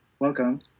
Welcome